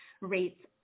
rates